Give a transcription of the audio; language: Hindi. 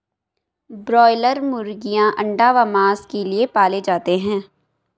ब्रायलर मुर्गीयां अंडा व मांस के लिए पाले जाते हैं